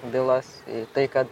bylas į tai kad